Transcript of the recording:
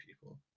people